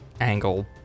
angle